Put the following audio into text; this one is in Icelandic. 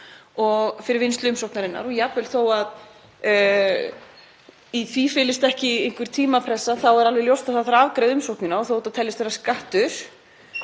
og fyrir vinnslu umsóknarinnar. Jafnvel þó að í því felist ekki einhver tímapressa er alveg ljóst að það þarf að afgreiða umsóknirnar og þótt þetta teljist vera skattur